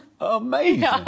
Amazing